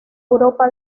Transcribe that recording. europa